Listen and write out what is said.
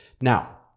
Now